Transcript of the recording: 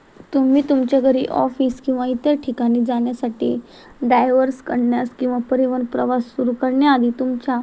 तुम्ही तुमच्या घरी ऑफिस किंवा इतर ठिकाणी जाण्यासाठी डायवर्स करण्यास किंवा परीवहन प्रवास सुरू करण्याआधी तुमच्या